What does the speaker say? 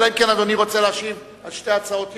אלא אם כן אדוני רוצה להשיב על שתי ההצעות יחד.